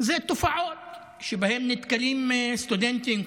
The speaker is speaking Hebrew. תופעות שבהן נתקלים סטודנטים,